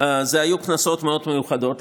היו כנסות מאוד מיוחדות.